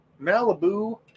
Malibu